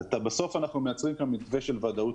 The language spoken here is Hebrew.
בסוף אנחנו מייצרים מתווה של וודאות